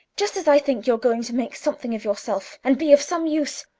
just as i think you're going to make something of yourself, and be of some use,